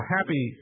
Happy